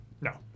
No